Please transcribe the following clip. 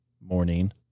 morning